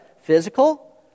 physical